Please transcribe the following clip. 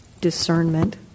discernment